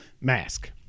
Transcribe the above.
mask